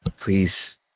please